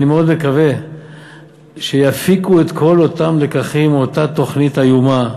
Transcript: אני מאוד מקווה שיפיקו את כל אותם לקחים מאותה תוכנית איומה.